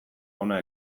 hona